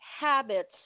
habits